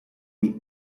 the